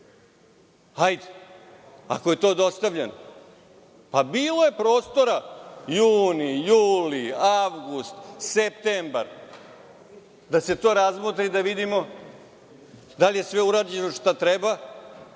Hajde, ako je to dostavljeno. Bilo je prostora, juni, juli, avgust, septembar da se to razmotri, da vidimo da li je sve urađeno i bilo